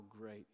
great